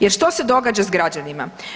Jer što se događa s građanima?